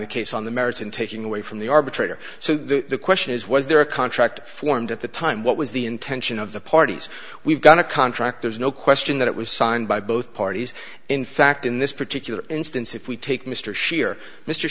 the case on the merits and taking away from the arbitrator so the question is was there a contract formed at the time what was the intention of the parties we've got a contract there's no question that it was signed by both parties in fact in this particular instance if we take mr sheer mr